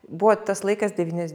buvo tas laikas devynias